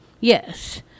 yes